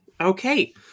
Okay